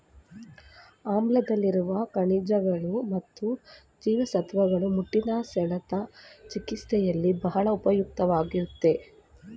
ಆಮ್ಲಾದಲ್ಲಿರುವ ಖನಿಜಗಳು ಮತ್ತು ಜೀವಸತ್ವಗಳು ಮುಟ್ಟಿನ ಸೆಳೆತ ಚಿಕಿತ್ಸೆಯಲ್ಲಿ ಬಹಳ ಉಪಯುಕ್ತವಾಗಯ್ತೆ